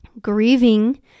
Grieving